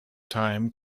time